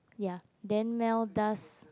ya then mail does